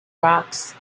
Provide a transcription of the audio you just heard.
rocks